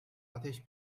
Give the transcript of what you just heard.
ateş